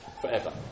forever